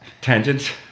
Tangents